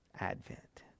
advent